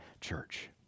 church